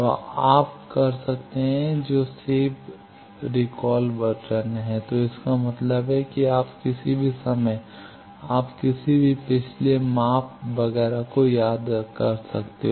तो आप कर सकते हैं जो सेव रिकॉल बटन है तो इसका मतलब है कि किसी भी समय आप किसी भी पिछले माप वगैरह को याद कर सकते हैं